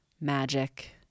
magic